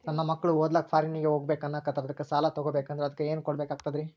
ನನ್ನ ಮಕ್ಕಳು ಓದ್ಲಕ್ಕ ಫಾರಿನ್ನಿಗೆ ಹೋಗ್ಬಕ ಅನ್ನಕತ್ತರ, ಅದಕ್ಕ ಸಾಲ ತೊಗೊಬಕಂದ್ರ ಅದಕ್ಕ ಏನ್ ಕೊಡಬೇಕಾಗ್ತದ್ರಿ?